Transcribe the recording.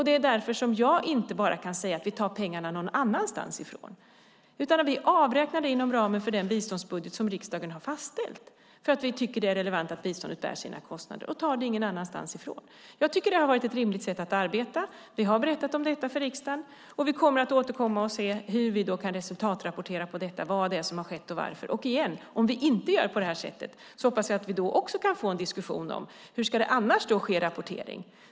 Det är därför jag inte bara kan säga att vi tar pengarna någon annanstans ifrån, utan vi avräknar dem från den biståndsbudget som riksdagen har fastställt, för vi tycker att det är relevant att biståndet bär sina kostnader. Vi tar dem ingen annanstans ifrån. Jag tycker att det har varit ett rimligt sätt att arbeta. Vi har berättat om detta för riksdagen, och vi kommer att återkomma om resultatrapporteringen om vad som har skett och varför. Om vi inte gör på det här sättet hoppas jag att vi kan få en diskussion om hur rapporteringen annars ska ske.